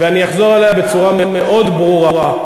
ואני אחזור עליה בצורה מאוד ברורה: